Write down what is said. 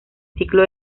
ciclo